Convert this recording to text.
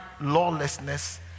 lawlessness